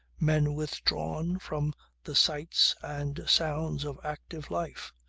men withdrawn from the sights and sounds of active life.